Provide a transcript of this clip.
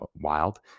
wild